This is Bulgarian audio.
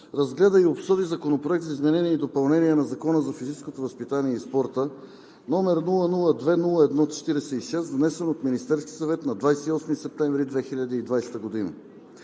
разгледа и обсъди Законопроект за изменение и допълнение на Закона за физическото възпитание и спорта, № 002-01-46, внесен от Министерския съвет на 28 септември 2020 г.